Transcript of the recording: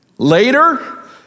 Later